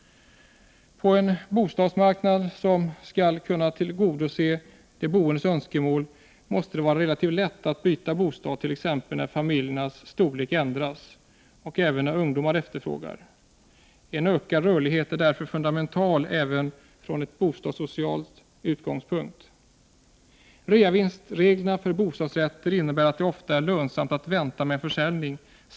På en bostadsmarknad som skall kunna tillgodose de boendes önskemål måste det vara relativt lätt att byta bostad, t.ex. när familjens storlek förändras och när ungdomar efterfrågar en bostad. En ökad rörlighet är därför fundamental även från bostadssocial utgångspunkt. Reavinstreglerna för bostadsrätter innebär att det ofta är lönsamt att vänta med försäljning.